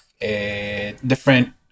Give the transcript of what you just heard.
different